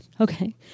Okay